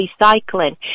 recycling